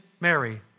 Mary